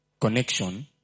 connection